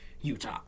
Utah